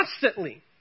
constantly